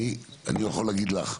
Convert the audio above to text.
אני יכול להגיד לך,